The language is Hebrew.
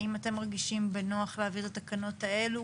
האם אתם מרגישים בנוח להעביר את התקנות האלו